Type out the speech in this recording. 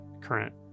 current